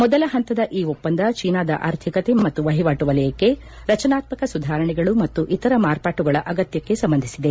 ಮೊದಲ ಹಂತದ ಈ ಒಪ್ಪಂದ ಚೀನಾದ ಆರ್ಥಿಕತೆ ಮತ್ತು ವಹಿವಾಟು ವಲಯಕ್ಕೆ ರಚನಾತ್ಮಕ ಸುಧಾರಣೆಗಳು ಮತ್ತು ಇತರ ಮಾರ್ಪಾಟುಗಳ ಅಗತ್ನಕ್ಷೆ ಸಂಬಂಧಿಸಿದೆ